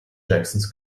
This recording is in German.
jacksons